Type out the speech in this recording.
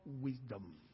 wisdom